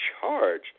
charge